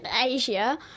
Asia